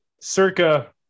Circa